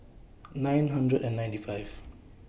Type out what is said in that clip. nine hundred and ninety five